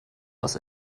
was